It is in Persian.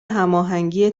هماهنگی